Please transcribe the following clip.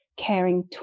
caring